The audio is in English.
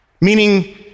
meaning